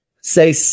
say